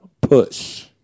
push